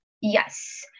Yes